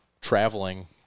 traveling